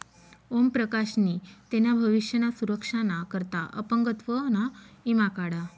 ओम प्रकाश नी तेना भविष्य ना सुरक्षा ना करता अपंगत्व ना ईमा काढा